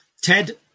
Ted